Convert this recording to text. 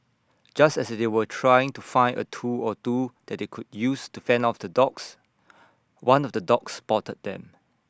just as they were trying to find A tool or two that they could use to fend off the dogs one of the dogs spotted them